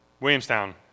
Williamstown